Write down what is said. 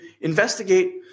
investigate